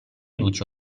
luci